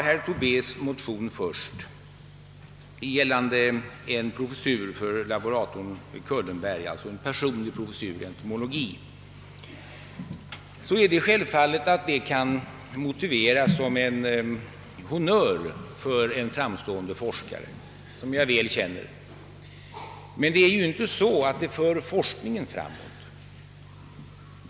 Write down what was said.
Herr Tobés motion avser en personlig professur i entomologi för laborator Kullenberg, och det är självfallet att denna professur kan motiveras som en honnör för en framstående forskare, som jag väl känner. Men det är inte så att forskningen därigenom förs framåt.